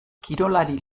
kirolari